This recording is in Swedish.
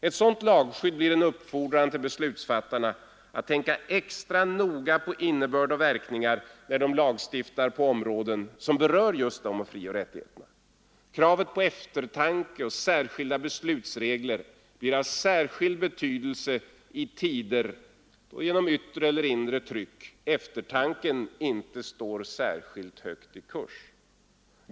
Ett sådant lagskydd blir en uppfordran till beslutsfattarna att tänka extra noga på innebörd och verkningar när de lagstiftar på områden som berör dessa frioch rättigheter. Kravet på eftertanke och särskilda beslutsregler blir av särskild betydelse i tider, då på grund av yttre eller inre tryck eftertanken inte står särskilt högt i kurs.